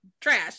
trash